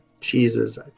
cheeses